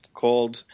called